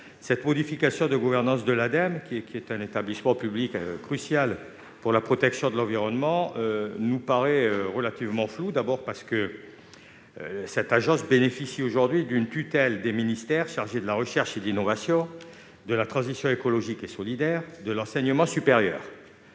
cette modification de gouvernance de l'Ademe, établissement public crucial pour la protection de l'environnement, nous paraît relativement floue. En effet, cette agence bénéficie de la tutelle des ministères chargés de la recherche et de l'innovation, de la transition écologique et solidaire et de l'enseignement supérieur.